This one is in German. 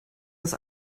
das